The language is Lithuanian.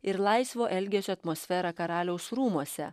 ir laisvo elgesio atmosferą karaliaus rūmuose